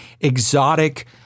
exotic